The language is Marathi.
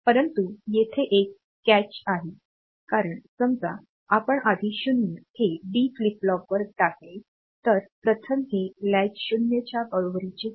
परंतु येथे एक पकड आहे कारण समजा आपण आधी 0 हे डी फ्लिप फ्लॉपवर टाकले तर प्रथम हे लैच 0 च्या बरोबरीचे होते